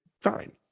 fine